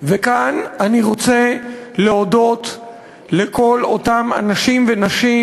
וכאן אני רוצה להודות לכל אותם אנשים ונשים,